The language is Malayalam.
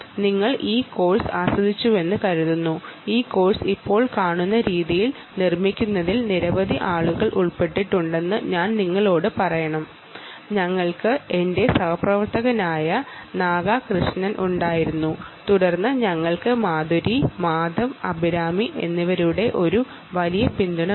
നിങ്ങൾ ഈ കോഴ്സ് ആസ്വദിച്ചുവെന്ന് കരുതുന്നു ഈ കോഴ്സ് ഇപ്പോൾ കാണുന്ന രീതിയിൽ നിർമ്മിക്കുന്നതിൽ നിരവധി ആളുകൾ ഉൾപ്പെട്ടിട്ടുണ്ട് ഞങ്ങൾക്ക് സഹപ്രവർത്തകരായ നാഗകൃഷ്ണൻ മാധുരി മാധവ് അഭിരാമി എന്നിവരുടെ ഒരു വലിയ പിന്തുണ ഉണ്ടായിരുന്നു